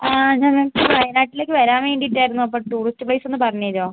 ആ ഞങ്ങൾക്ക് വയനാട്ടിലേക്ക് വരാൻ വേണ്ടിയിട്ടായിരുന്നു അപ്പോൾ ടൂറിസ്റ്റ് പ്ലേസ് ഒന്ന് പറഞ്ഞു തരുമോ